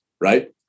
right